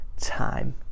time